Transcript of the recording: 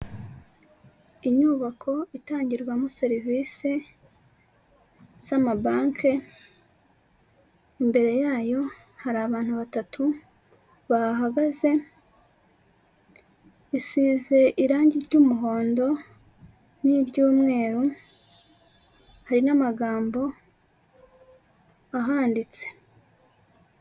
Inyubako itangirwamo serivisi z'amabanke, imbere yayo hari abantu batatu bahahagaze, isize irangi ry'umuhondo n'iry'umweru, hari n'amagambo ahanditse.